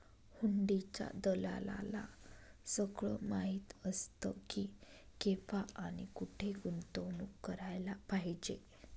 हुंडीच्या दलालाला सगळं माहीत असतं की, केव्हा आणि कुठे गुंतवणूक करायला पाहिजे